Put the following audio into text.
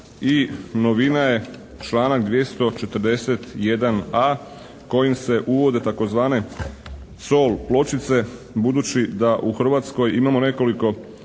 I novina je članak 241.a kojim se uvode tzv. "zoll" pločice, budući da u Hrvatskoj imamo nekoliko